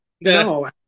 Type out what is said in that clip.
No